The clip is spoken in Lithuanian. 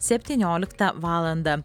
septynioliktą valandą